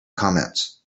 comments